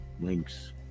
links